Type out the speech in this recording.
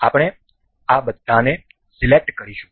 આપણે આ બધાને સિલેક્ટ કરીશું